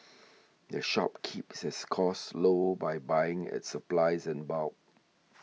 the shop keeps its costs low by buying its supplies in bulk